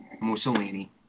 Mussolini